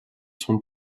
sont